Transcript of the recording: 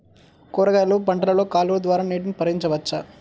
కూరగాయలు పంటలలో కాలువలు ద్వారా నీటిని పరించవచ్చా?